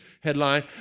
headline